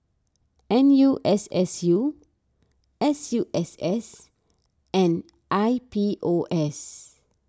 N U S S U S U S S and I P O S